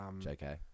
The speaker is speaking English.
JK